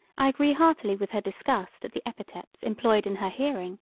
i agree heartily with her disgust at the epithets employed in her hearing,